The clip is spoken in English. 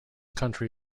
country